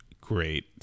great